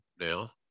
now